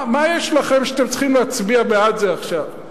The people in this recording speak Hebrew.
מה יש לכם שאתם צריכים להצביע בעד זה עכשיו?